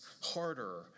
harder